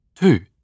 two